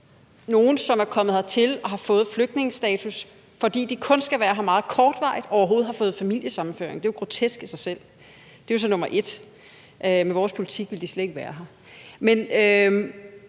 nogle, som er kommet hertil og har fået flygtningestatus, fordi de kun skal være her meget kortvarigt, overhovedet har fået familiesammenføring; det er jo grotesk i sig selv. Punkt 2: Med vores politik ville de slet ikke være her.